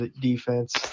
defense